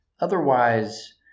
Otherwise